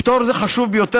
פטור זה חשוב ביותר,